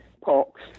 pox